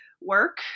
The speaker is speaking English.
work